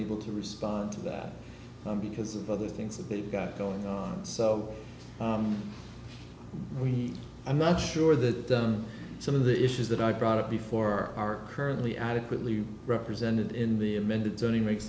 able to respond to that because of other things that they've got going on so we i'm not sure that some of the issues that i brought up before are currently adequately represented in the amended zoning make